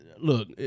look